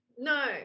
No